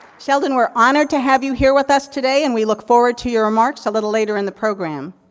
sheldon, we're honored to have you here with us today, and we look forward to your remarks a little later in the program.